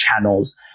channels